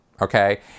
okay